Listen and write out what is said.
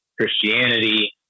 Christianity